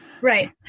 right